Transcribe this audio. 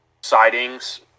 sightings